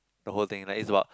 the whole thing like it's about